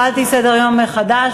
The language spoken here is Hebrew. קיבלתי סדר-יום חדש,